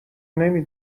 نمی